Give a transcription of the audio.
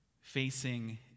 facing